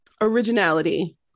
originality